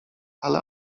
ale